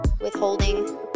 Withholding